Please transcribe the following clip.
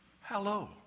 Hello